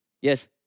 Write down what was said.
yes